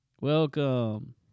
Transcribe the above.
Welcome